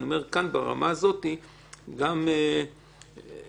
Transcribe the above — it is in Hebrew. אני אומר שברמה הזאת גם לבדוק